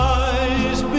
eyes